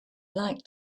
like